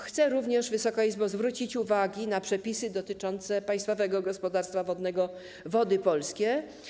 Chcę również, Wysoka Izbo, zwrócić uwagę na przepisy dotyczące Państwowego Gospodarstwa Wodnego Wody Polskie.